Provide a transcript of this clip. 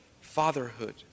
fatherhood